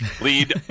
lead